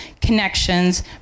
connections